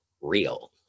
real